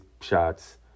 shots